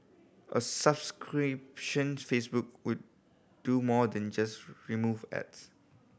a subscription Facebook would do more than just remove ads